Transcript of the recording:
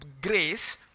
grace